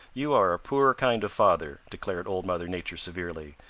you are a poor kind of father, declared old mother nature severely.